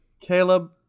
Caleb